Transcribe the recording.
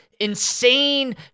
insane